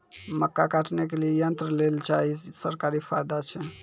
मक्का काटने के लिए यंत्र लेल चाहिए सरकारी फायदा छ?